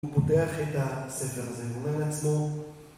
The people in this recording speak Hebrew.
הוא פותח את הספר הזה ואומר לעצמו